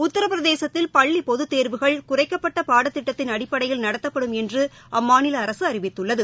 உத்திரபிரதேசத்தில் பள்ளிபொதுத் தேர்வுகள் குறைக்கப்பட்டபாடத்திட்டத்தின் அடிப்படையில் நடத்தப்படும் என்றுஅம்மாநிலஅரசுஅறிவித்துள்ளது